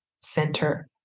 center